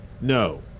no